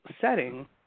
setting